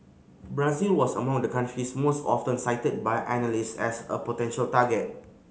Brazil was among the countries most often cited by analyst as a potential target